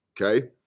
Okay